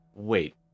wait